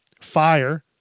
Fire